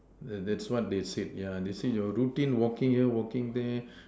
uh that that's what they said yeah they said your routine walking here walking there